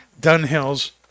Dunhill's